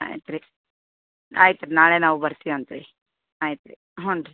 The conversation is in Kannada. ಆಯ್ತು ರೀ ಆಯ್ತು ರೀ ನಾಳೆ ನಾವು ಬರ್ತೀವಿ ಅಂತ ರೀ ಆಯ್ತು ಹ್ಞೂ ರೀ